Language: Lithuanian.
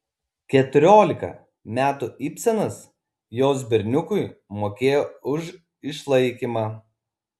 keturiolika metų ibsenas jos berniukui mokėjo už išlaikymą